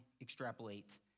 extrapolate